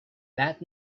that